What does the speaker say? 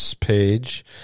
page